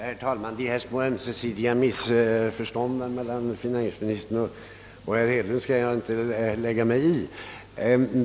Herr talman! De små ömsesidiga missförstånden mellan finansministern och herr Hedlund skall jag inte lägga mig i.